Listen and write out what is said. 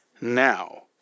Now